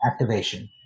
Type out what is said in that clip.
activation